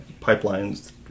pipelines